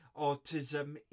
autism